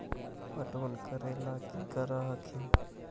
पटबन करे ला की कर हखिन?